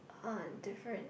are different